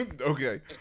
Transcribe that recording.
Okay